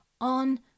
on